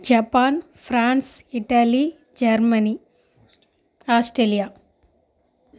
Japan France Italy Germany Australia